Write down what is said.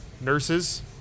nurses